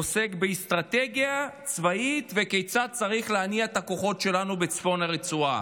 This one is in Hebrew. עוסק באסטרטגיה צבאית וכיצד צריך להניע את הכוחות שלנו בצפון הרצועה.